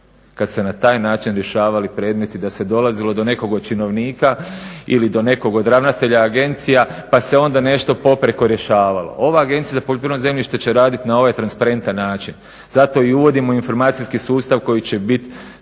kada se na taj način rješavali predmeti da se dolazilo do nekoga od činovnika ili do nekog od ravnatelja agencija pa se onda poprijeko rješavalo. Ova Agencija za poljoprivredno zemljište će raditi na ovaj transparentan način. Zato i uvodimo informacijski sustav koji će biti